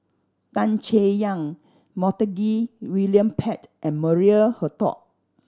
Tan Chay Yan Montague William Pett and Maria Hertogh